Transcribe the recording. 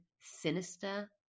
sinister